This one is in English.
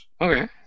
Okay